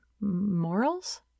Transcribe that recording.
morals